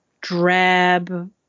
drab